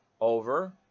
over